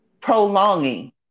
prolonging